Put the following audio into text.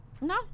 No